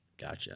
Gotcha